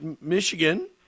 Michigan